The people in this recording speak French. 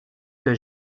que